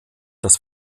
das